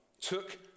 took